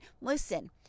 Listen